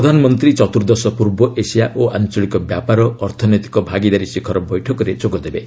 ପ୍ରଧାନମନ୍ତ୍ରୀ ଚତୁର୍ଦ୍ଦେଶ ପୂର୍ବ ଏସିଆ ଓ ଆଞ୍ଚଳିକ ବ୍ୟାପକ ଅର୍ଥନୈତିକ ଭାଗିଦାରୀ ଶିଖର ବୈଠକରେ ଯୋଗଦେବେ